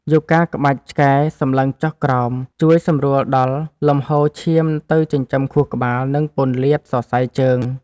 យូហ្គាក្បាច់ឆ្កែសម្លឹងចុះក្រោម ជួយសម្រួលដល់លំហូរឈាមទៅចិញ្ចឹមខួរក្បាល និងពន្លាតសរសៃជើង។